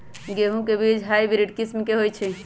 गेंहू के बीज हाइब्रिड किस्म के होई छई?